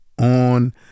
on